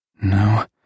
No